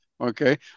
Okay